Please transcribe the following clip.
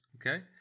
Okay